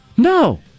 No